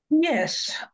Yes